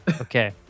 Okay